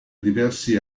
diversi